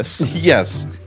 Yes